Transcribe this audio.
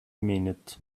minute